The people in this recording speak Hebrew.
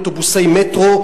אוטובוסי-מטרו,